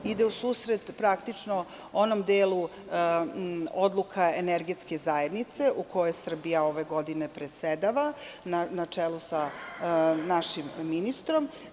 Ide u susret praktično onom delu odluka Energetske zajednice u kojoj Srbija ove godine predsedava, na čelu sa našim ministrom.